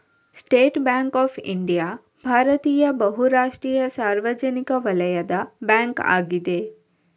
state Bank of India ಭಾರತೀಯ ಬಹು ರಾಷ್ಟ್ರೀಯ ಸಾರ್ವಜನಿಕ ವಲಯದ ಬ್ಯಾಂಕ್ ಅಗಿದೆ